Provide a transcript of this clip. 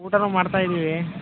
ಊಟನೂ ಮಾಡ್ತಾ ಇದ್ದೀವಿ